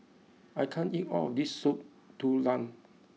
I can't eat all of this Soup Tulang